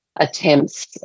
attempts